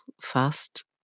fast